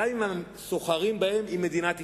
גם אם הסוחרים בהן הם מדינת ישראל.